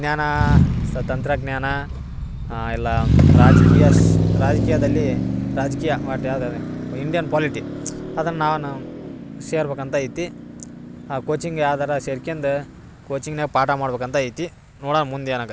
ವಿಜ್ಞಾನ ಸ ತಂತ್ರಜ್ಞಾನ ಇಲ್ಲಾ ರಾಜಕೀಯ ಶ್ ರಾಜಕೀಯದಲ್ಲಿ ರಾಜಕೀಯ ಮತ್ತು ಯಾವ್ದದು ಇಂಡಿಯನ್ ಪೊಲಿಟಿ ಅದನ್ನ ನಾನು ಸೇರ್ಬೇಕು ಅಂತ ಐತಿ ಕೋಚಿಂಗ್ ಯಾವ್ದಾರ ಸೇರ್ಕ್ಯಂಡ್ ಕೋಚಿಂನ್ಯಾಗ ಪಾಠ ಮಾಡ್ಬೇಕು ಅಂತ ಐತಿ ನೋಡೋಣ ಮುಂದೆ ಏನಾಗು